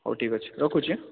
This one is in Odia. ହଉ ଠିକ୍ ଅଛି ରଖୁଛି ହଁ